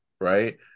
right